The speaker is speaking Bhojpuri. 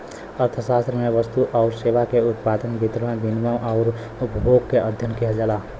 अर्थशास्त्र में वस्तु आउर सेवा के उत्पादन, वितरण, विनिमय आउर उपभोग क अध्ययन किहल जाला